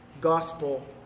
gospel